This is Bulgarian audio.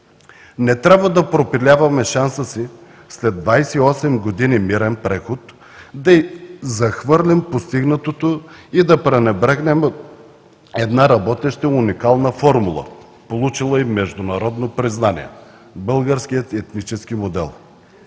Не трябва да пропиляваме шанса си след 28 години мирен преход да захвърлим постигнатото и да пренебрегнем една работеща уникална формула, получила и международно признание: Българския етнически модел.